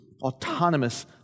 autonomous